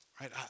Right